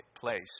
place